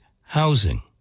housing